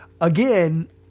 again